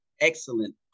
excellent